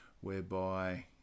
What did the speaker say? whereby